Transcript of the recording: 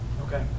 Okay